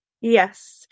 Yes